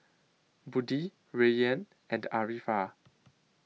Budi Rayyan and Arifa